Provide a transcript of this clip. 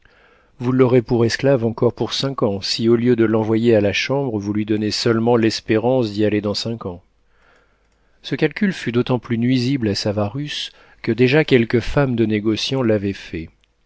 vous l'aurez pour esclave encore pour cinq ans si au lieu de l'envoyer à la chambre vous lui donnez seulement l'espérance d'y aller dans cinq ans ce calcul fut d'autant plus nuisible à savarus que déjà quelques femmes de négociants l'avaient fait